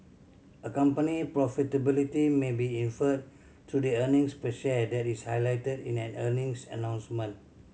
a company profitability may be inferred through the earnings per share that is highlighted in an earnings announcement